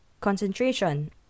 concentration